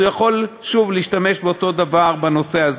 הוא יכול שוב להשתמש באותו דבר בנושא הזה.